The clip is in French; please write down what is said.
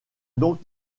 donc